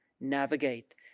navigate